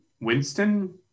Winston